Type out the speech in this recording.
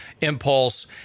impulse